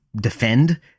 defend